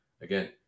again